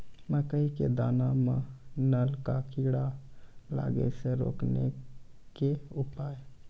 मकई के दाना मां नल का कीड़ा लागे से रोकने के उपाय?